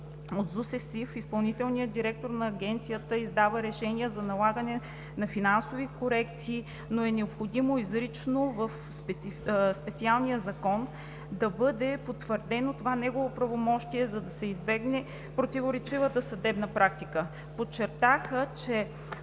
фондове изпълнителният директор на Агенцията издава решения за налагане на финансови корекции, но е необходимо изрично в специалния закон да бъде потвърдено това негово правомощие, за да се избегне противоречивата съдебна практика. Подчертаха, че